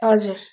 हजुर